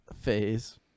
phase